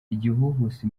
igihuhusi